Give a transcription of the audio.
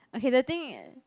okay the thing